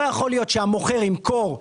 לא יכול להיות שהמוכר ימכור קרקע,